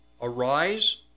arise